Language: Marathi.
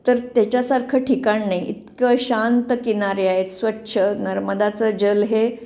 तर त्याच्यासारखं ठिकाण नाही इतकं शांत किनारे आहेत स्वच्छ नर्मदाचं जल हे